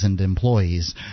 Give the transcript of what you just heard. employees